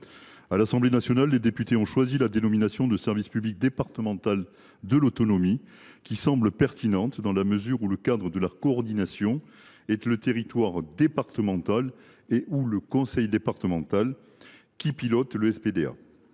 À l’Assemblée nationale, les députés ont retenu la dénomination de service public départemental de l’autonomie, qui semble pertinente dans la mesure où le cadre de la coordination est le territoire départemental et où le SPDA est piloté par